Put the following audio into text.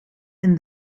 and